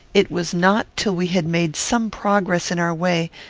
it was not till we had made some progress in our way,